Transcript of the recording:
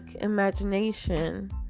imagination